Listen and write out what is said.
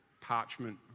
parchment